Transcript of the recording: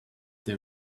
they